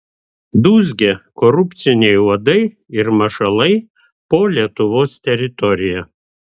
dūzgia korupciniai uodai ir mašalai po lietuvos teritoriją